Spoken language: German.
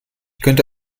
könnte